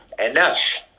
enough